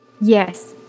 Yes